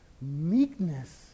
meekness